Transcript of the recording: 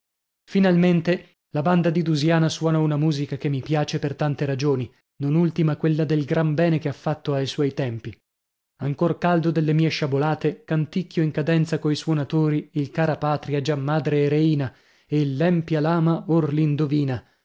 finalmente la banda di dusiana suona una musica che mi piace per tante ragioni non ultima quella del gran bene che ha fatto ai suoi tempi ancor caldo delle mie sciabolate canticchio in cadenza coi suonatori il cara patria già madre e reina e l empia lama or l'indovina